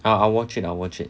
I watch it I'll watch it